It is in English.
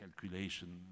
calculation